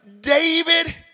David